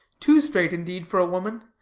too straight, indeed, for a woman,